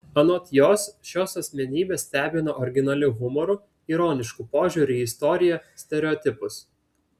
anot jos šios asmenybės stebina originaliu humoru ironišku požiūriu į istoriją stereotipus